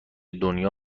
دنیا